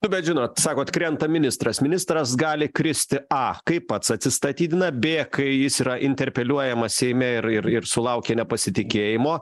nu bet žinot sakot krenta ministras ministras gali kristi a kai pats atsistatydina b kai jis yra interpeliuojamas seime ir ir sulaukia nepasitikėjimo